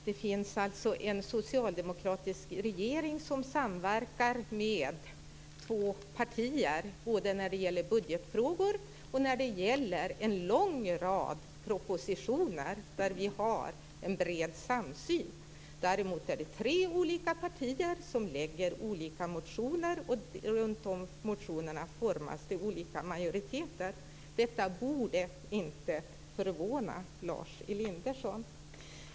Det finns alltså en socialdemokratisk regering som samverkar med två partier både när det gäller budgetfrågor och när det gäller en lång rad propositioner där vi har en bred samsyn. Däremot är det tre olika partier som väcker olika motioner, och runt de motioner formas det olika majoriteter. Detta borde inte förvåna Lars Elinderson.